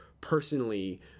personally